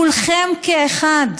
כולכם כאחד: